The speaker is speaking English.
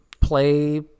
Play